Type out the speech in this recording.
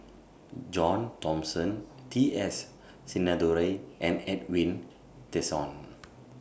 John Thomson T S Sinnathuray and Edwin Tessensohn